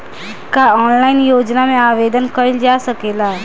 का ऑनलाइन योजना में आवेदन कईल जा सकेला?